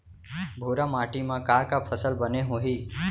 भूरा माटी मा का का फसल बने होही?